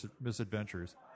misadventures